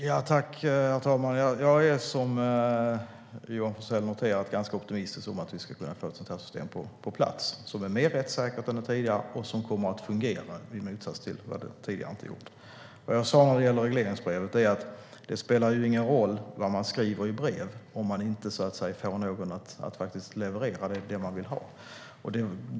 Herr talman! Jag är som Johan Forssell noterat ganska optimistisk om att vi ska kunna få ett system på plats som är mer rättssäkert än det tidigare och som kommer att fungera, i motsats till det tidigare. Vad jag sa om regleringsbrevet är att det inte spelar någon roll vad man skriver i brev om man inte får någon att faktiskt leverera det man vill ha.